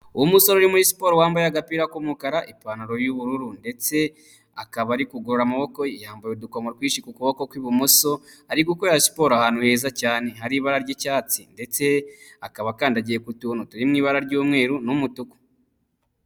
Umusore uri muri siporo wambaye agapira k'umukara, ipantaro y'ubururu ndetse akaba ari kugorora amaboko ye, yambaye udukomo twinshi ku kuboko k'ibumoso, ari gukorera siporo ahantu heza cyane, hari ibara ry'icyatsi ndetse akaba akandagiye ku tuntu turi mu ibara ry'umweru n'umutuku.